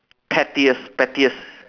pettiest pettiest